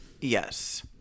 yes